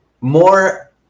more